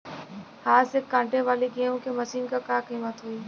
हाथ से कांटेवाली गेहूँ के मशीन क का कीमत होई?